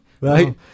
Right